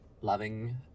loving